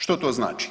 Što to znači?